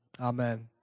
Amen